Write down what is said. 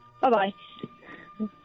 bye-bye